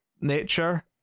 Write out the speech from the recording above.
nature